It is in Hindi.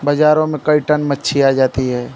बाज़ारों में कई टन मच्छली आ जाती है